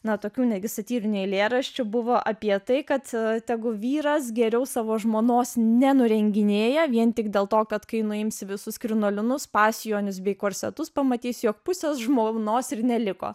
nuo tokių netgi satyrinių eilėraščių buvo apie tai kad tegu vyras geriau savo žmonos nenurenginėja vien tik dėl to kad kai nuims visus krinolinus pasijomis bei korsetus pamatys jog pusės žmonos ir neliko